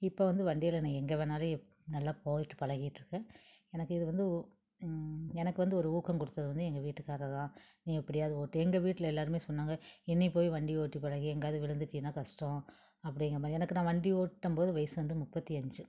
இப்போ வந்து வண்டில நான் எங்கே வேணாலும் நல்லா போயிகிட்டு பழகிட்ருக்கேன் எனக்கு இது வந்து ஒ எனக்கு வந்து ஒரு ஊக்கம் கொடுத்தது வந்து எங்கள் வீட்டுக்காரர் தான் நீ எப்படியாவது ஓட்டு எங்கள் வீட்டில் எல்லாருமே சொன்னாங்க என்னையை போய் வண்டி ஓட்டி பழகி எங்கேயாவது விழுந்திட்டின்னா கஷ்டம் அப்படிங்கிறமாரி எனக்கு நான் வண்டி ஓட்டும்போது வயசு வந்து முப்பத்து அஞ்சு